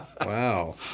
Wow